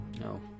No